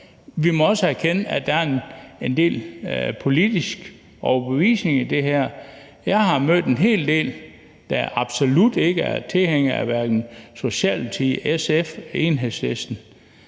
Vi må også erkende, at der er en del politisk overbevisning i det her. Jeg har mødt en hel del, der absolut ikke er tilhængere af hverken Socialdemokratiet, SF eller Enhedslisten,